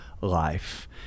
life